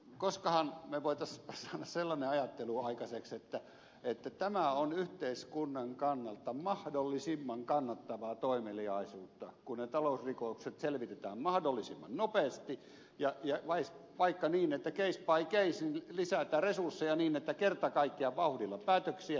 koskahan me voisimme saada sellaisen ajattelun aikaiseksi että tämä on yhteiskunnan kannalta mahdollisimman kannattavaa toimeliaisuutta kun ne talousrikokset selvitetään mahdollisimman nopeasti ja vaikka niin että case by case lisätään resursseja niin että kerta kaikkiaan tulee vauhdilla päätöksiä